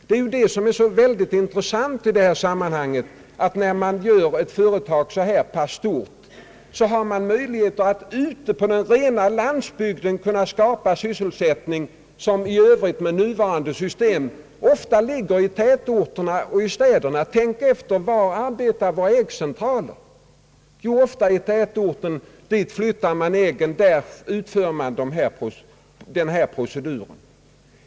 Det som är av utomordentligt stort intresse i detta sammanhang är ju att när man gör ett företag så pass stort som i detta fall, har man möjligheter att ute på den rena landsbygden skapa ny sysselsättning, en sysselsättning som annars med nuvarande system ofta ligger i städerna och tätorterna. Tänk efter var våra äggcentraler arbetar — ofta i tätorterna. Dit transporterar man äggen och där utför man den procedur som jag nyss nämnde.